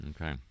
Okay